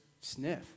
sniff